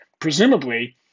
presumably